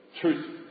Truth